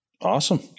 awesome